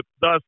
thus